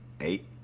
eight